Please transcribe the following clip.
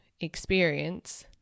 experience